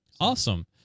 Awesome